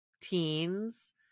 teens